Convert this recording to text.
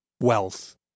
wealth